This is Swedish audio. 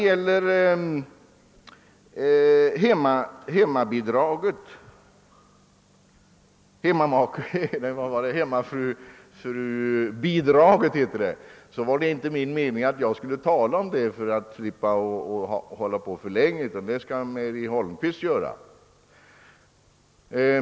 För att undvika att tala för länge hade jag för avsikt att inte beröra hemmafrubidraget; det skall Mary Holmqvist göra.